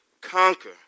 conquer